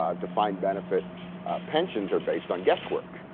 um defined benefit pensions are based on guesswork.